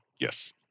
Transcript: yes